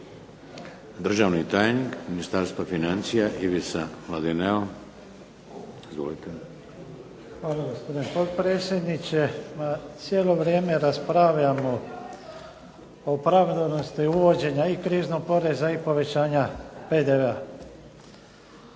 Državni tajnik Ministarstva financija Ivica Mladineo. Izvolite. **Mladineo, Ivica** Hvala, gospodine potpredsjedniče. Cijelo vrijeme raspravljamo o pravednosti uvođenja i kriznog poreza i povećanja PDV-a.